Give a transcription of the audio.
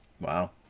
Wow